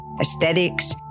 aesthetics